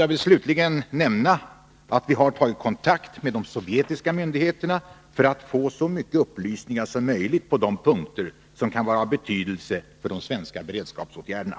Jag vill slutligen nämna att vi har tagit kontakt med de sovjetiska myndigheterna för att få så mycket upplysningar som möjligt på de punkter som kan vara av betydelse för de svenska beredskapsåtgärderna.